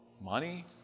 Money